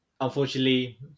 Unfortunately